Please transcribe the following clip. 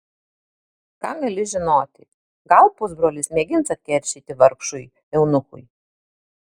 ką gali žinoti gal pusbrolis mėgins atkeršyti vargšui eunuchui